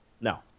No